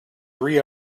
three